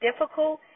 difficult